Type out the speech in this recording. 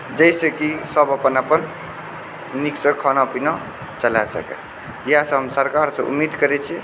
जाहिसँ कि सभ अपन अपन नीकसँ खाना पीना चला सकै इएह सभ हम सरकारसँ उम्मीद करै छी